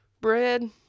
bread